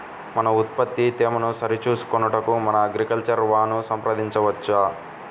మన ఉత్పత్తి తేమను సరిచూచుకొనుటకు మన అగ్రికల్చర్ వా ను సంప్రదించవచ్చా?